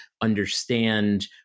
understand